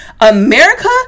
America